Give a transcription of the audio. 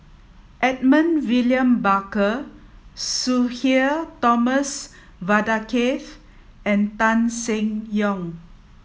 Edmund William Barker Sudhir Thomas Vadaketh and Tan Seng Yong